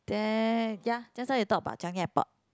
there ya just now you talk about Changi Airport